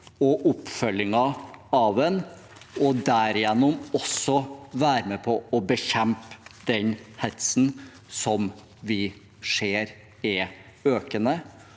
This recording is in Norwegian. og oppfølgingen av den, og derigjennom også å være med på å bekjempe den hetsen vi ser er økende.